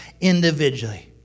individually